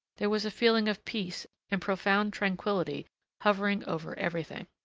there was a feeling of peace and profound tranquillity hovering over everything.